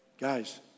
guys